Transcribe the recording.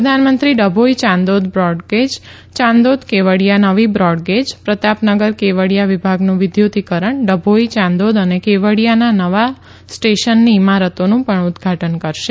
પ્રધાનમંત્રી ડભોઈ યાંદોદ બ્રોડગેજ યાંદોદ કેવડિયા નવી બ્રોડગેજ પ્રતાપનગર કેવડિયા વિભાગનું વિદ્યુતિકરણ ડભોઈ યાંદોદ અને કેવડિયાના નવા સ્ટેશન ઇમારતોનું પણ ઉદઘાટન કરશે